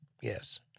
Yes